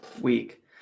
week